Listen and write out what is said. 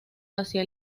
hacia